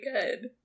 good